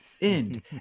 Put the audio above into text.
end